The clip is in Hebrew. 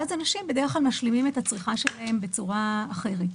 ואז אנשים בדרך כלל משלימים את הצריכה שלהם בצורה אחרת,